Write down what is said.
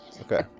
Okay